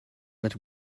that